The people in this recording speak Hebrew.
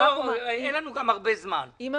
אין לנו גם הרבה זמן.